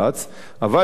אבל למי שלא יודע,